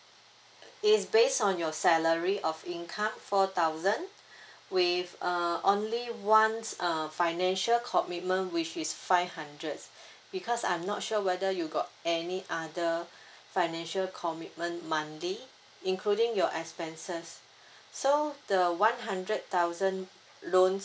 it's based on your salary of income four thousand with uh only once uh financial commitment which is five hundred because I'm not sure whether you got any uh financial commitment monthly including your expenses so the one hundred thousand loans